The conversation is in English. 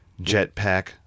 Jetpack